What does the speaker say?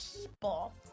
people